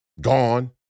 Gone